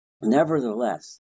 Nevertheless